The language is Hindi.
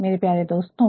मेरे प्यारे दोस्तों